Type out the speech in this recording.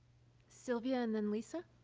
sylvia and then lisa.